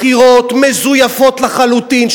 בחירות מזויפות לחלוטין,